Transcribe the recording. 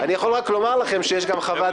אני יכול רק לומר לכם שיש גם חוות דעת --- חבר'ה,